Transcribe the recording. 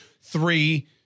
Three